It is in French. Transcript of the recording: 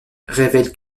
révèle